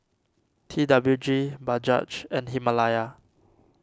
T W G Bajaj and Himalaya